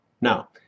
Now